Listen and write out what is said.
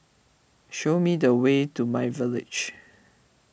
show me the way to myVillage